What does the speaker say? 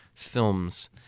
films